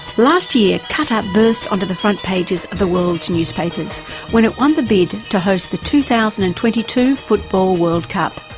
last year qatar burst onto the front pages of the world's newspapers when it won the bid to host the two thousand and twenty two football world cup.